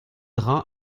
dra